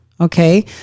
okay